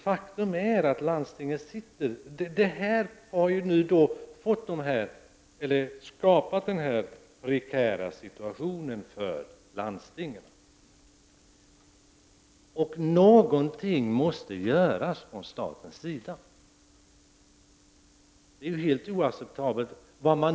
Faktum är att statens åtgärder har skapat den här prekära situationen för landstinget. Någonting måste göras från statens sida. Läget är helt oacceptabelt.